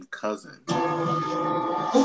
cousin